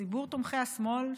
ציבור תומכי השמאל,